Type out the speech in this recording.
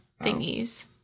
thingies